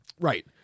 Right